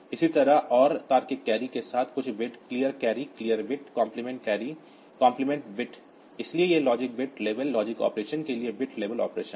इसी तरह OR तार्किक कैरी के साथ कुछ bit clear carry clear bit complement carry complement bit इसलिए ये logic bit level logic operation के लिए बिट लेवल ऑपरेशन हैं